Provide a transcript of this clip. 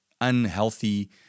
unhealthy